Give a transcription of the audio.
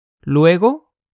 Luego